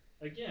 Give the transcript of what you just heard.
Again